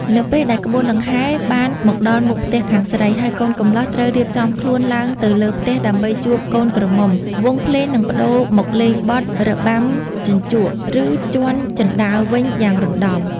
នៅពេលដែលក្បួនដង្ហែបានមកដល់មុខផ្ទះខាងស្រី ហើយកូនកំលោះត្រូវរៀបចំខ្លួនឡើងទៅលើផ្ទះដើម្បីជួបកូនក្រមុំ វង់ភ្លេងនឹងប្តូរមកលេងបទ របាំជញ្ជក់ ឬ ជាន់ជណ្ដើរ វិញយ៉ាងរណ្តំ។